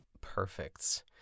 perfect